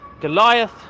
Goliath